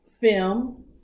film